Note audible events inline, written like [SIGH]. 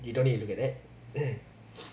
you don't need to look at that [NOISE]